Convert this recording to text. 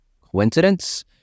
Coincidence